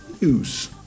news